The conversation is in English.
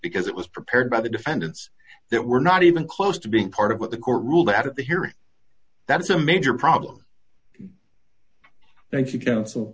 because it was prepared by the defendants that were not even close to being part of what the court ruled that at the hearing that's a major problem thank you